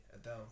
Adele